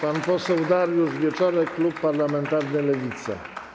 Pan poseł Dariusz Wieczorek, klub parlamentarny Lewica.